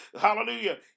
Hallelujah